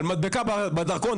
על מדבקה בדרכון?